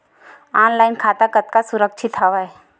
Online खाता कतका सुरक्षित हवय?